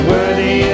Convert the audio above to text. Worthy